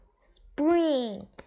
spring